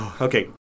Okay